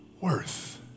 worth